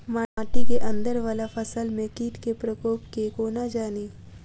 माटि केँ अंदर वला फसल मे कीट केँ प्रकोप केँ कोना जानि?